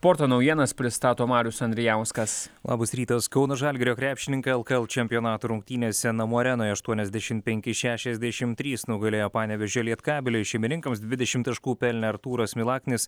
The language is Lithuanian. sporto naujienas pristato marius andrijauskas labas rytas kauno žalgirio krepšininkai lkl čempionato rungtynėse namų arenoje aštuoniasdešim penki šešiasdešim trys nugalėjo panevėžio lietkabelį šeimininkams dvidešim taškų pelnė artūras milaknis